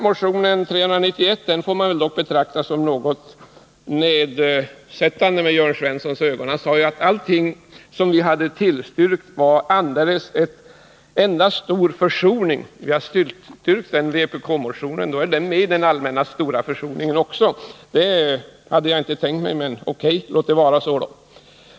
Motionen 391 får väl i Jörn Svenssons ögon betraktas som något förnedrande. Han sade ju att alla våra tillstyrkanden andades en enda stor vilja till försoning. Eftersom vi har tillstyrkt den här vpk-motionen, omfattas väl också den av denna allmänna försoning. Det var visserligen inte min avsikt, men låt oss ändå säga att det förhåller sig så.